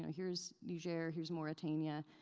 here's niger. here's mauritania.